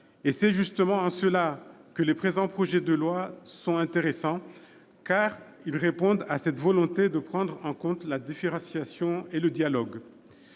; c'est justement en cela que les présents projets de loi sont intéressants, car ils répondent à cette volonté de prendre en compte la différenciation et le dialogue.